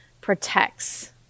protects